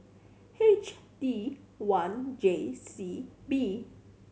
H D one J C B